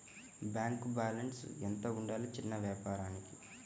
Bank balance ఎంత ఉండాలి చిన్న వ్యాపారానికి?